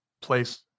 place